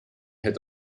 had